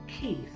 Keith